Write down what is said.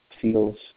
feels